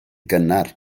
gynnar